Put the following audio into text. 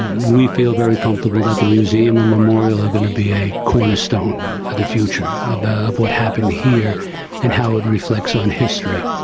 we feel very comfortable that the museum and memorial are going to be a cornerstone of the future about what happened here and how it reflects on history.